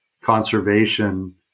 conservation